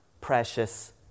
precious